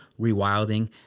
rewilding